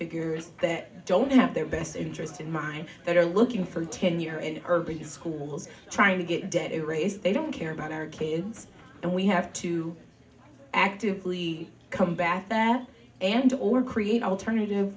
figures that don't have their best interests in mind that are looking for tenure in urban schools trying to get debt erased they don't care about our kids and we have to actively come back that and to or create alternative